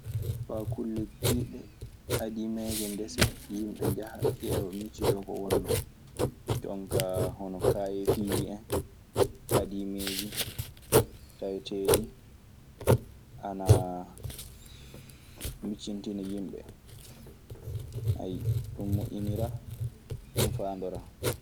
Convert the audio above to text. Faa kulle kiiɗe adiimeeje ndese yimɓe njaha ƴeewa miccitoo ko wonnoo. Jon kaa hono kaayefiiji en adimeeji taweteeɗi ana micintina yimɓe. ɗun moƴƴiniraa. Ɗun faandoraa.